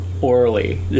orally